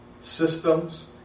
systems